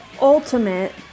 ultimate